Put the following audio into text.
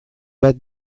bat